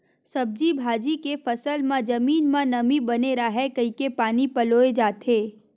सब्जी भाजी के फसल म जमीन म नमी बने राहय कहिके पानी पलोए जाथे